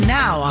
now